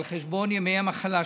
על חשבון ימי המחלה שלהם,